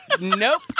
Nope